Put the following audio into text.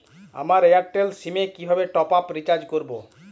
আমার Airtel SIM এ কিভাবে টপ আপ রিচার্জ করবো?